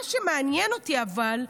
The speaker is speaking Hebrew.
מה שמעניין אותי, אבל,